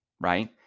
right